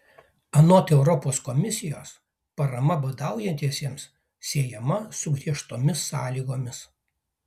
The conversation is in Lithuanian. anot europos komisijos parama badaujantiesiems siejama su griežtomis sąlygomis